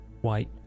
white